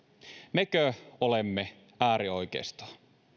mekö olemme äärioikeistoa